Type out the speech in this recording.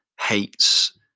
hates